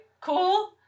cool